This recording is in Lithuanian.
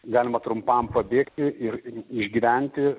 galima trumpam pabėgti ir išgyventi